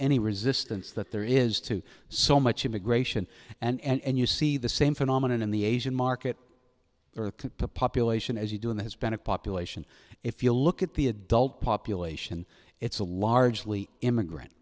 any resistance that there is to so much immigration and you see the same phenomenon in the asian market the population as you do in the hispanic population if you look at the adult population it's a largely immigrant